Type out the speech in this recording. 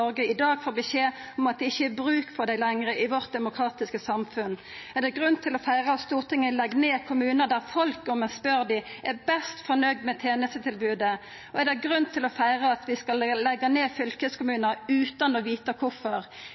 i dag får beskjed om at det ikkje lenger er bruk for dei i vårt demokratiske samfunn? Er det grunn til å feira at Stortinget legg ned kommunar der folk – om ein spør dei – er mest fornøgde med tenestetilbodet? Og er det grunn til å feira at vi skal leggja ned fylkeskommunar utan å vita